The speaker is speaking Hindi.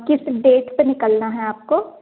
किस डेट पर निकलना है आपको